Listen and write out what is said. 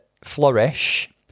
flourish